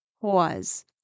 pause